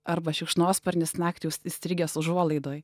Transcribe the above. arba šikšnosparnis naktį už įstrigęs užuolaidoj